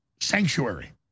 sanctuary